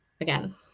again